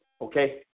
okay